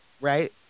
right